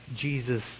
Jesus